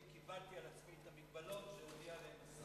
קיבלתי את המגבלות שהשר הודיע עליהן.